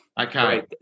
Okay